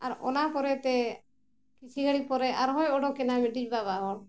ᱟᱨ ᱚᱱᱟ ᱯᱚᱨᱮᱛᱮ ᱠᱤᱪᱷᱤ ᱜᱟᱹᱲᱤᱡ ᱯᱚᱨᱮ ᱟᱨᱦᱚᱸᱭ ᱚᱰᱚᱠᱮᱱᱟ ᱢᱤᱫᱴᱤᱡ ᱵᱟᱵᱟ ᱦᱚᱲ